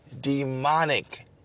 demonic